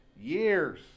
Years